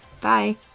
Bye